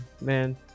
man